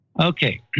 Okay